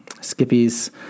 skippy's